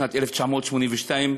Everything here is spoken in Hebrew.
בשנת 1982,